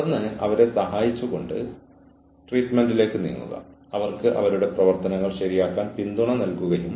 അവരിൽ നിന്ന് സംഘടന എന്താണ് പ്രതീക്ഷിക്കുന്നതെന്ന് അവർ അറിയണം എന്നാണ് ഞാൻ ഉദ്ദേശിക്കുന്നത്